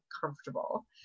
comfortable